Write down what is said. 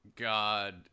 God